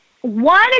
one